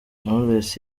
knowless